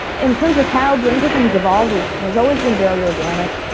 in terms of how brain pickings evolved which has always been very organic.